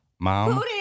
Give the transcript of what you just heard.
mom